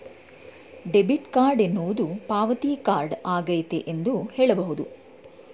debit card ಎನ್ನುವುದು ಪಾವತಿ card ಆಗೈತೆ ಎಂದು ಹೇಳಬಹುದು